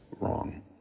wrong